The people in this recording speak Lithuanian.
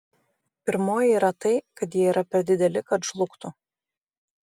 pirmoji yra tai kad jie yra per dideli kad žlugtų